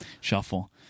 Shuffle